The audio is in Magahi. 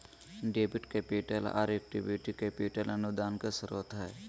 डेबिट कैपिटल, आर इक्विटी कैपिटल अनुदान के स्रोत हय